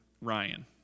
Ryan